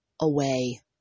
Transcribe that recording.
away